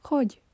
Hogy